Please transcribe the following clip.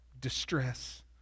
distress